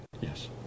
Yes